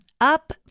Up